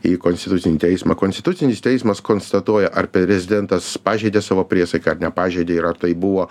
į konstitucinį teismą konstitucinis teismas konstatuoja ar prezidentas pažeidė savo priesaiką ar nepažeidė ir ar tai buvo